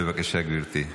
בבקשה, גברתי.